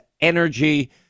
energy